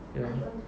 ya